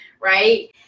right